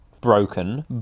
broken